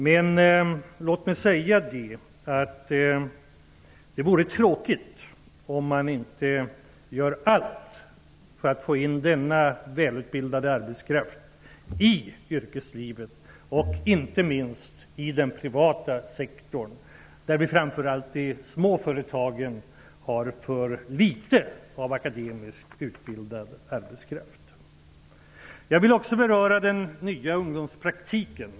Men låt mig säga att det vore tråkigt om man inte gör allt för att få in denna välutbildade arbetskraft i yrkeslivet, inte minst i den privata sektorn. Där har framför allt småföretagen för få akademiskt utbildade anställda. Jag vill också beröra den nya ungdomspraktiken.